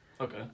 Okay